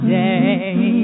day